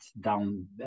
down